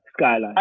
Skyline